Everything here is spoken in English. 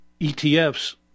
ETFs